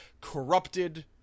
Corrupted